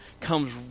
comes